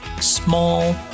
small